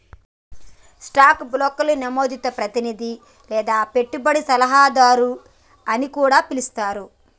stock బ్రోకర్ని నమోదిత ప్రతినిధి లేదా పెట్టుబడి సలహాదారు అని కూడా పిలుత్తాండ్రు